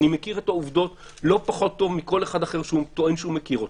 אני מכיר את העובדות לא פחות טוב מכל אחד אחר שטוען שהוא מכיר אותן,